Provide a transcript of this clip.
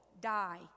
die